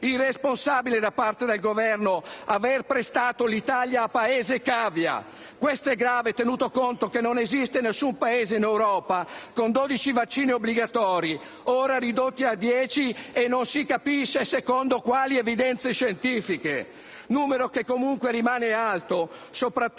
Irresponsabile da parte del Governo avere prestato l'Italia come paese cavia. Questo è grave, tenuto conto che non esiste alcun Paese in Europa con 12 vaccini obbligatori, ora ridotti a 10, e non si capisce secondo quali evidenze scientifiche; numero che resta comunque alto, soprattutto